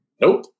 Nope